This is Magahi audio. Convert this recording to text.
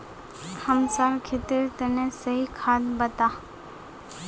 हमसार खेतेर तने सही खाद बता